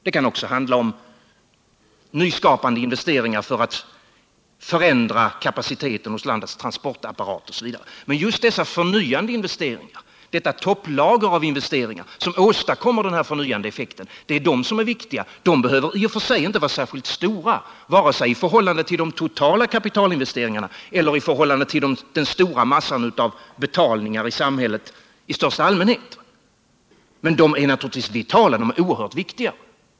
Det kan också handla om nyskapande investeringar för att förändra kapaciteten hos landets transportapparat, e. d. Det är dessa förnyande investeringar, det topplager av investeringar som får den här förnyande effekten, som är viktiga. De behöver i och för sig inte vara särskilt stora, vare sig i förhållande till de totala kapitalinvesteringarna eller i förhållande till den stora massan av betalningar i samhället i största allmänhet. Men de är vitala, de är oerhört viktiga.